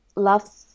love